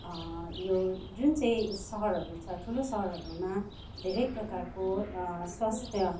यो जुन चाहिँ सहरहरू छ ठुलो सहरहरूमा धेरै प्रकारको स्वास्थ्य